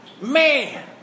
Man